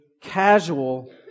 casual